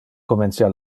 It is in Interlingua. comencia